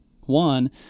One